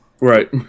Right